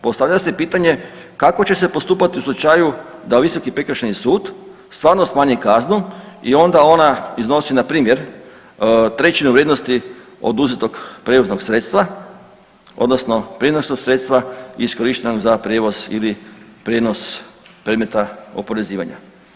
Postavlja se pitanje kako će se postupati u slučaju da Visoki prekršajni sud stvarno smanji kaznu i onda ona iznosi na primjer trećinu vrijednosti oduzetog prijevoznog sredstva, odnosno prijenosnog sredstva iskorištenog za prijevoz ili prijenos predmeta oporezivanja.